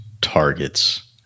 targets